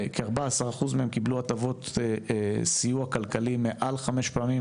כ-14% מהם קיבלו הטבות סיוע כלכלי מעל חמש פעמים,